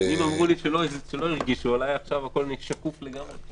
מודע לאפשרויות שזה פותח בפנינו ולסיכונים שזה שם בפנינו.